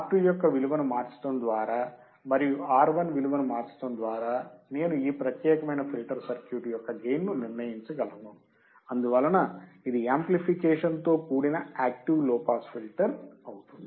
R2 యొక్క విలువను మార్చడం ద్వారా మరియు R1 విలువను మార్చడం ద్వారా నేను ఈ ప్రత్యేకమైన ఫిల్టర్ సర్క్యూట్ యొక్క గెయిన్ ను నిర్ణయించగలను అందువలన ఇది యాంప్లిఫికేషన్తో కూడిన యాక్టివ్ లో పాస్ ఫిల్టర్ అవుతుంది